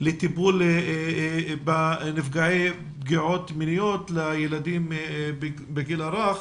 לטיפול בנפגעי פגיעות מיניות לילדים בגיל הרך